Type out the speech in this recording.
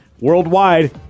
worldwide